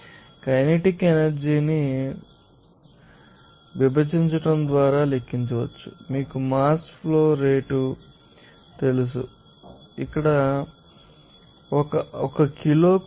కాబట్టి ఈకైనెటిక్ ఎనర్జీ ని మీ ద్వారా విభజించడం ద్వారా లెక్కించవచ్చు మీకు మాస్ ఫ్లో రేటు తెలుసు అప్పుడు అది కిలోకు 8